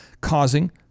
causing